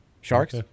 Sharks